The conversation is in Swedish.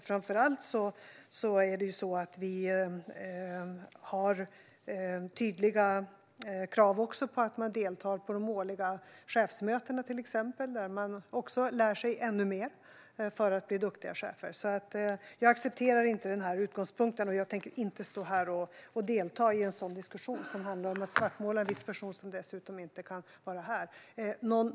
Framför allt har vi tydliga krav på att delta i de årliga chefsmötena, där man lär sig ännu mer för att bli en duktig chef. Jag accepterar inte den här utgångspunkten och tänker inte stå här och delta i en diskussion som handlar om att svartmåla en viss person, som dessutom inte kan vara här.